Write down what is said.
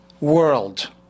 world